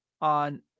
on